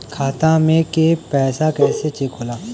खाता में के पैसा कैसे चेक होला?